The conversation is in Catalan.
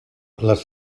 les